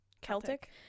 Celtic